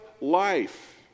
life